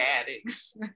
addicts